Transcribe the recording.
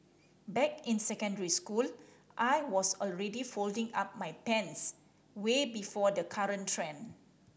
back in secondary school I was already folding up my pants way before the current trend